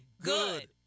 good